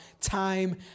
time